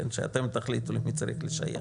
שאתם תחליטו את מי צריך לשייך.